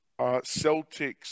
Celtics